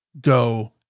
go